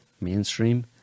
mainstream